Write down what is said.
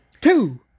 Two